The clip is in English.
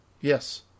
Yes